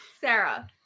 Sarah